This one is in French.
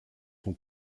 son